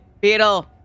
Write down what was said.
Beetle